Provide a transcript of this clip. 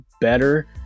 better